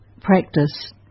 practice